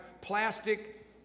plastic